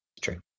True